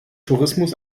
tourismus